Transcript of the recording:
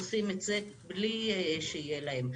עושים את זה בלי שיהיה להם.